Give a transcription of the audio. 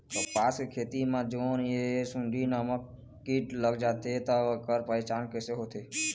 कपास के खेती मा जोन ये सुंडी नामक कीट लग जाथे ता ऐकर पहचान कैसे होथे?